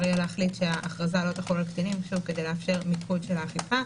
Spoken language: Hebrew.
יהיה להחליט שההכרזה לא תחול על קטינים כדי לאפשר מיקוד של האכיפה.